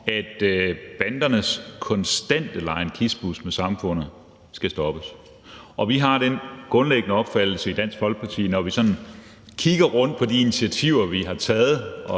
at bandernes konstante legen kispus med samfundet skal stoppes, og vi har den grundlæggende opfattelse i Dansk Folkeparti, når vi sådan kigger rundt på de initiativer, vi har taget,